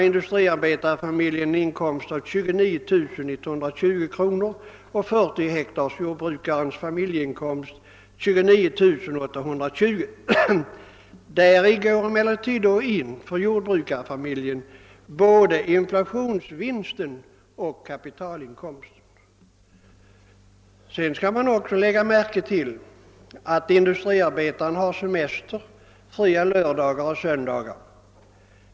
Industriarbetarfamiljen uppvisar en inkomst av 29120 kronor och jordbrukaren med en gård på 40 hektar har en familjeinkomst av 29820 kronor. Däri ingår emellertid för jordbrukarfamiljen både inflationsvinsten och kapitalinkomsten. Man skall också värdera att industriarbetaren har semester och fria lördagar och söndagar.